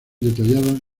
detallada